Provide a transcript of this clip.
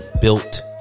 built